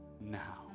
now